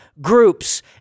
groups